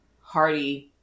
hearty